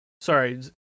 Sorry